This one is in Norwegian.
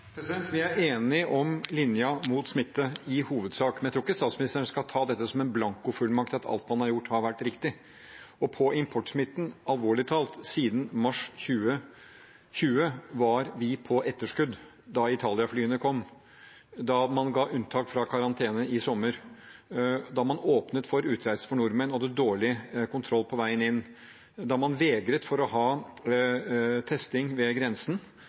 Vi er enige om linjen mot smitte – i hovedsak. Men jeg tror ikke statsministeren skal ta dette som en blankofullmakt til at alt man har gjort, har vært riktig. På importsmitten, alvorlig talt, var vi siden mars 2020 på etterskudd, da Italia-flyene kom, da man ga unntak fra karantene i sommer, da man åpnet for utreise for nordmenn og hadde dårlig kontroll på veien inn, og da man vegret seg for å ha testing ved grensen,